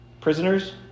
prisoners